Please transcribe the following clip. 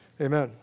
Amen